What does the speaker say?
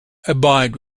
abide